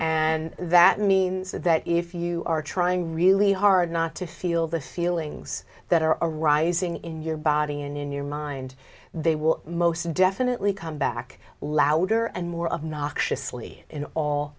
and that means that if you are trying really hard not to feel the feelings that are arising in your body and in your mind they will most definitely come back louder and more of noxious lee in all